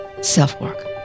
Self-Work